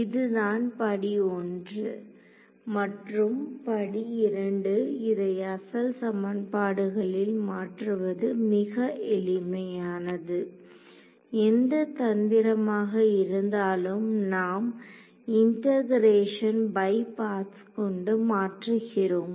இதுதான் படி 1 மற்றும் படி 2 இதை அசல் சமன்பாடுகளில் மாற்றுவது மிக எளிமையானது எந்த தந்திரமாக இருந்தாலும் நாம் இண்டெகரேஷன் பை பார்ட்ஸை கொண்டு மாற்றுகிறோம்